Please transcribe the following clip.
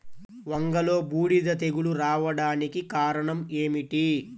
వంగలో బూడిద తెగులు రావడానికి కారణం ఏమిటి?